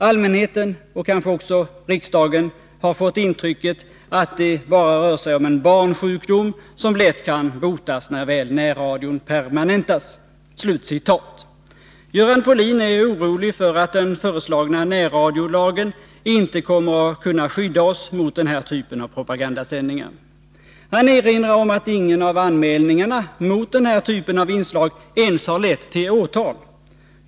Allmänheten, och kanske också riksdagen, har fått intrycket att det bara rör sig om en barnsjukdom, som lätt kan botas när väl närradion permanentas.” Göran Folin är orolig för att den föreslagna närradiolagen inte kommer att kunna skydda oss mot den här typen av propagandasändningar. Han erinrar om att ingen av anmälningarna mot den här typen av inslag ens har lett till åtal.